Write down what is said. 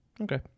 Okay